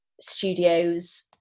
studios